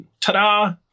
ta-da